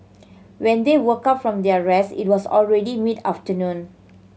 when they woke up from their rest it was already mid afternoon